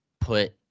put